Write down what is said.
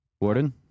Warden